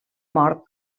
mort